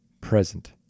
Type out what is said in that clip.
present